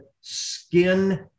Skin